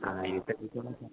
ആ ഇനി ശ്രദ്ധിച്ചുകൊള്ളാം സാർ